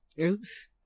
Oops